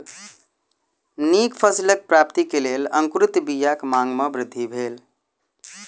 नीक फसिलक प्राप्ति के लेल अंकुरित बीयाक मांग में वृद्धि भेल